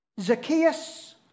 Zacchaeus